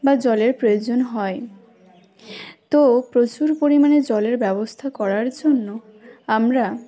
বা জলের প্রয়োজন হয় তো প্রচুর পরিমাণে জলের ব্যবস্থা করার জন্য আমরা